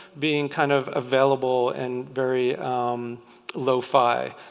being kind of available and very low-fi.